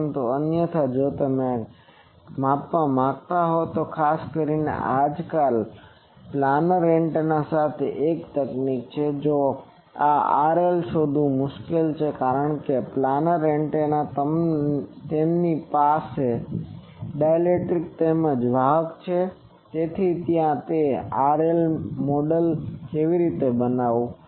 પરંતુ અન્યથા જો તમે તે માપવા માંગતા હોવ તો ખાસ કરીને આજકાલ પ્લાનર એન્ટેના સાથે એક તકનીક છે જે આ RL શોધવી મુશ્કેલ છે કારણ કે પ્લાનર એન્ટેના તેમની પાસે ડાઇલેક્ટ્રિક તેમજ વાહક છે તેથી ત્યાં તે RL મોડેલ કેવી રીતે બનાવવું